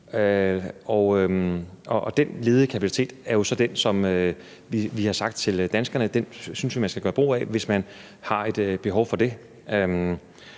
og den ledige kapacitet er jo så den, som vi har sagt til danskerne at vi synes man skal gøre brug af, hvis man har et behov for det.